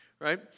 right